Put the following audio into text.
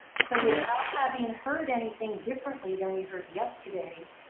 so without having heard anything differently than we heard yesterday,